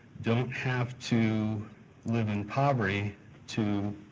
don't have to live in poverty to,